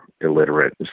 illiterate